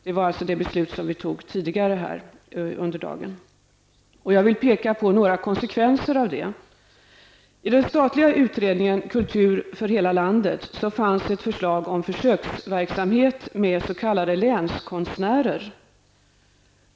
Detta fattade vi beslut om tidigare i dag. Jag vill peka på några konsekvenser av detta. länskonstnärer.